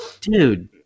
dude